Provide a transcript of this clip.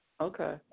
Okay